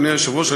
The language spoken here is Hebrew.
אדוני היושב-ראש,